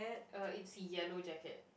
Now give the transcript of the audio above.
uh it's yellow jacket